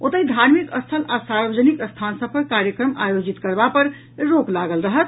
ओतहि धार्मिक स्थल आ सार्वजनिक स्थान सभ पर कार्यक्रम आयोजित करबा पर रोक लागल रहत